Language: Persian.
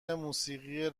موسیقی